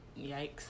Yikes